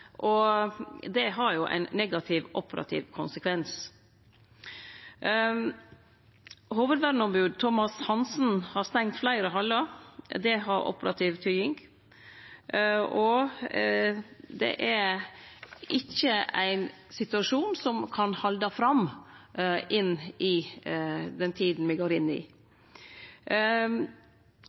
og det har jo ein negativ operativ konsekvens. Hovudverneombodet, Thomas Hansen, har stengt fleire hallar. Det har operativ betydning, og det er ikkje ein situasjon som kan halde fram i den tida vi går inn i.